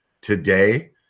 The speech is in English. today